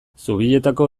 zubietako